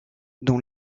dont